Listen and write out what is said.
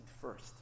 first